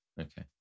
Okay